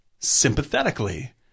sympathetically